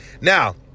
Now